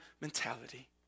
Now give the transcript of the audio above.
mentality